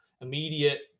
immediate